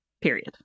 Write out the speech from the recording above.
period